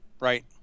right